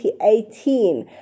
2018